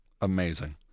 Amazing